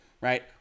right